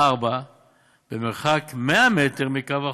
4. במרחק 100 מטר מקו החוף,